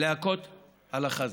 להכות על החזה.